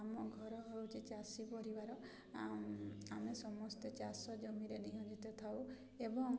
ଆମ ଘର ହେଉଛି ଚାଷୀ ପରିବାର ଆମେ ସମସ୍ତେ ଚାଷ ଜମିରେ ନିୟୋଜିତ ଥାଉ ଏବଂ